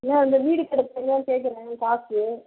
ஏன் இந்த வீடு கட்டுறதுக்கு தனியாக கேட்குறேன் காசு